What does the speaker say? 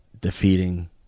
defeating